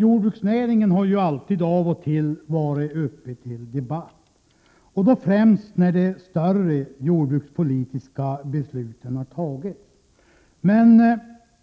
Jordbruksnäringen har ju av och till varit uppe till debatt, främst i samband med att de större jordbrukspolitiska besluten har fattats.